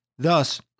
Thus